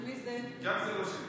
כבוד היושב-ראש,